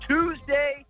Tuesday